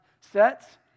sets